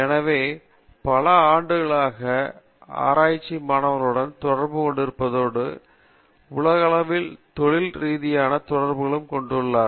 எனவே பல ஆண்டுகளாக ஆராய்ச்சி மாணவர்களுடன் தொடர்பு கொண்டிருப்பதோடு உலகளவில் தொழில் ரீதியான தொடர்புகளும் கொண்டுள்ளார்